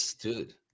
dude